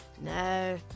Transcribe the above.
no